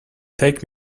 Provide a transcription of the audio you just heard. take